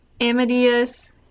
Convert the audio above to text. Amadeus